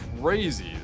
crazy